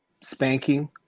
spanking